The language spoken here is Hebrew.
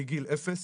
מגיל אפס,